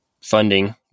funding